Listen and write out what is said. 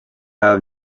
out